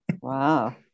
Wow